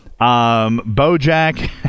Bojack